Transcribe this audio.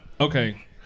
okay